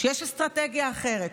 שיש אסטרטגיה אחרת: